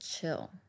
chill